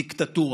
דיקטטורה.